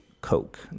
coke